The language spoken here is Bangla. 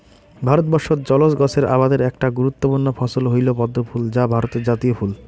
ভারতবর্ষত জলজ গছের আবাদের একটা গুরুত্বপূর্ণ ফছল হইল পদ্মফুল যা ভারতের জাতীয় ফুল